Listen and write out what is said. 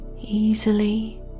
easily